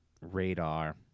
radar